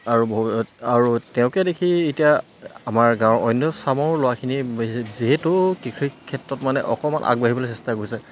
আৰু বহু আৰু তেওঁকে দেখি এতিয়া আমাৰ গাঁৱৰ অন্য চামৰো ল'ৰাখিনি যিহেতু কৃষিৰ ক্ষেত্ৰত মানে অকণমান আগবাঢ়িবলৈ চেষ্টা কৰিছে